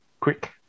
quick